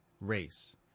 race